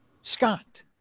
Scott